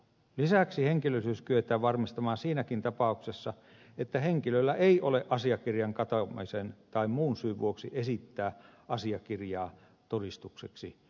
lisäksi henkilöllisyys kyetään varmistamaan siinäkin tapauksessa että henkilöllä ei ole asiakirjan katoamisen tai muun syyn vuoksi esittää asiakirjaa todistukseksi henkilöllisyydestään